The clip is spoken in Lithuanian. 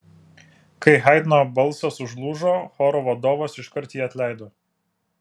kai haidno balsas užlūžo choro vadovas iškart jį atleido